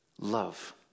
Love